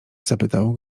zapytał